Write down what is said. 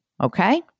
okay